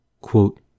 Quote